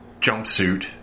jumpsuit